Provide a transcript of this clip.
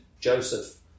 Joseph